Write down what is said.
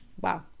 wow